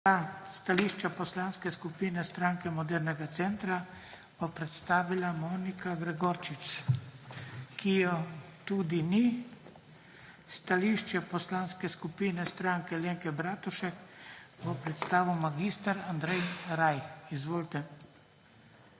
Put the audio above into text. Stališče Poslanske skupine Stranke modernega centra bo predstavila Monika Gregorčič. Je tudi ni. Stališče Poslanske skupine Stranke Alenke Bratušek bo predstavil mag. Andrej Rajh. Izvolite.